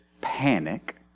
panic